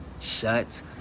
shut